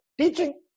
teaching